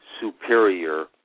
superior